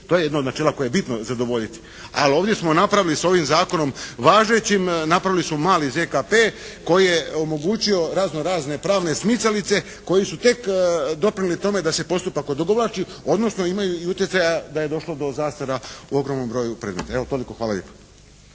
To je jedno od načela koje je bitno zadovoljiti, ali ovdje smo napravili s ovim Zakonom važećim napravili smo mali ZKP koji je omogućio razno-razne pravne smicalice koji su tek doprinijeli tome da se postupak odugovlači, odnosno imaju i utjecaja da je došlo do zastara u ogromnom broju predmeta. Evo toliko. Hvala lijepo.